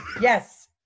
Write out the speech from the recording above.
Yes